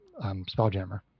Spelljammer